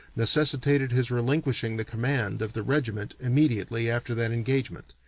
necessitated his relinquishing the command of the regiment immediately after that engagement,